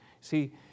See